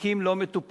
תיקים לא מטופלים.